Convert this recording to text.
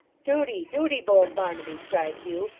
duty, duty, bold barnaby cried hugh,